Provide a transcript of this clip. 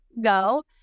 go